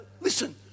Listen